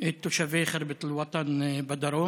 את תושבי ח'רבת אל-וטן בדרום.